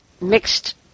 mixed